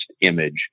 image